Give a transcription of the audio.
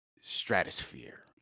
stratosphere